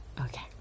Okay